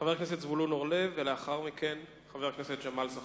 חבר הכנסת זבולון אורלב, ולאחר מכן, חבר